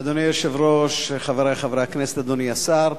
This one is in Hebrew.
אדוני היושב-ראש, חברי חברי הכנסת, אדוני השר,